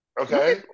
okay